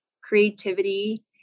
creativity